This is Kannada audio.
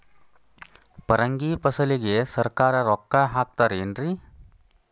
ಪರಂಗಿ ಫಸಲಿಗೆ ಸರಕಾರ ರೊಕ್ಕ ಹಾಕತಾರ ಏನ್ರಿ?